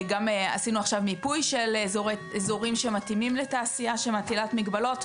גם עשינו עכשיו מיפוי של אזורים שמתאימים לתעשייה שמטילת מגבלות,